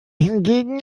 hingegen